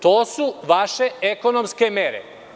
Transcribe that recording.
To su vaše ekonomske mere.